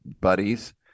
buddies